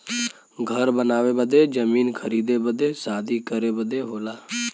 घर बनावे बदे जमीन खरीदे बदे शादी करे बदे होला